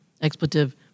expletive